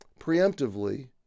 preemptively